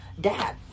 dad